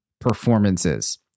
performances